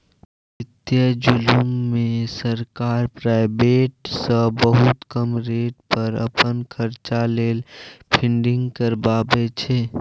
बित्तीय जुलुम मे सरकार प्राइबेट सँ बहुत कम रेट पर अपन खरचा लेल फंडिंग करबाबै छै